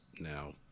now